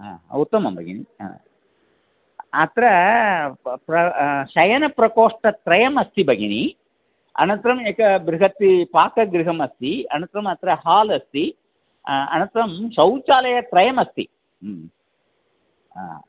हा उत्तमं भगिनि हा अत्र शयनप्रकोष्ठत्रयमस्ति भगिनि अनन्तरम् एकं बृहत् पाकगृहम् अस्ति अनन्तरम् अत्र हाल् अस्ति अनन्तरं शौचालयत्रयम् अस्ति हा